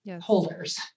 holders